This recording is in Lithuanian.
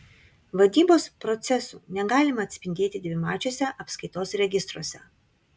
vadybos procesų negalima atspindėti dvimačiuose apskaitos registruose